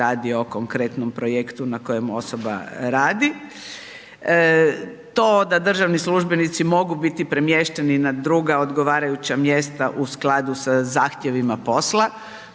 radi, to da državni službenici mogu biti premješteni na druga odgovarajuća mjesta u skladu sa zahtjevima posla,